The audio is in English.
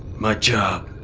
my job.